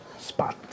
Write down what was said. spot